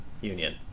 union